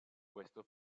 questo